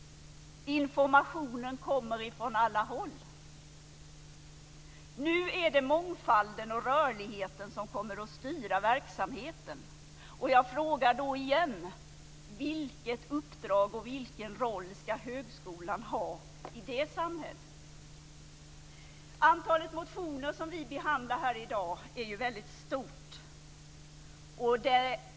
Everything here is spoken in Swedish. Informationen kommer ifrån alla håll. Nu är det mångfalden och rörligheten som kommer att styra verksamheten. Och jag frågar då igen: Vilket uppdrag och vilken roll ska högskolan ha i det samhället? Antalet motioner som vi behandlar här i dag är ju väldigt stort.